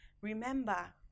remember